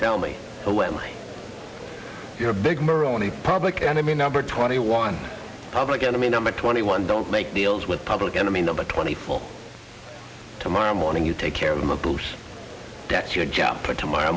tell me when you're a big moroni public enemy number twenty one public enemy number twenty one don't make deals with public enemy number twenty four tomorrow morning you take care of them a boost that's your job for tomorrow